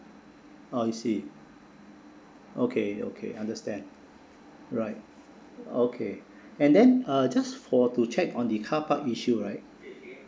I see okay okay understand right okay and then uh just for to check on the carpark issue right